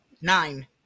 nine